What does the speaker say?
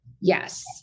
Yes